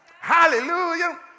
Hallelujah